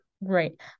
Right